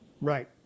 Right